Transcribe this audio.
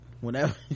whenever